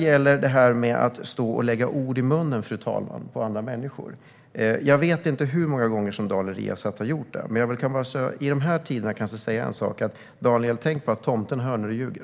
När det gäller att lägga ord i munnen på andra människor vet jag inte hur många gånger som Daniel Riazat har gjort det. Men i dessa tider kan jag säga en sak: Daniel, tänk på att tomten hör när du ljuger!